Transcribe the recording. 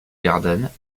garden